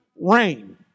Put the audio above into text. rain